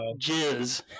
jizz